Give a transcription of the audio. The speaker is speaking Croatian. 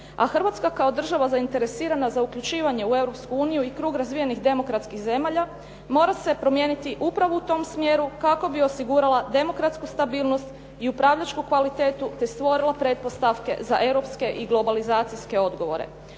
a Hrvatska kao država zainteresirana za uključivanje u Europsku uniju i krug razvijenih demokratskih zemalja mora se promijeniti upravo u tom smjeru kako bi osigurala demokratsku stabilnost i upravljačku kvalitetu, te stvorila pretpostavke za europske i globalizacijske odgovore.